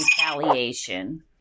retaliation